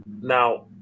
now